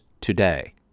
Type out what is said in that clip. today